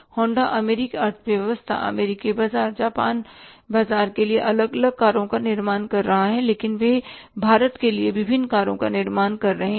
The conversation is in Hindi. होंडा अमेरिकी अर्थव्यवस्था अमेरिकी बाजार जापानी बाजार के लिए अलग अलग कारों का निर्माण कर रहा है लेकिन वे भारत के लिए विभिन्न कारों का निर्माण कर रहे हैं